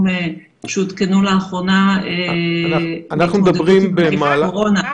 שהותקנו לאחרונה להתמודדות עם נגיף הקורונה.